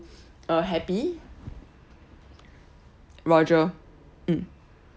uh happy roger mm